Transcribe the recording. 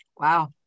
Wow